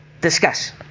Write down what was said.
discuss